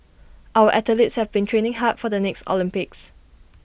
our athletes have been training hard for the next Olympics